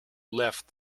left